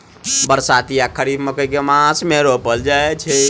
बरसाती वा खरीफ मकई केँ मास मे रोपल जाय छैय?